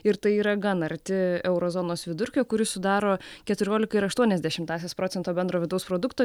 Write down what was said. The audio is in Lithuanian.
ir tai yra gan arti euro zonos vidurkio kuris sudaro keturiolika ir aštuonias dešimtąsias procento bendro vidaus produkto